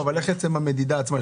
אבל איך נעשית המדידה עצמה?